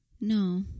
No